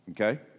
Okay